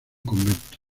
convento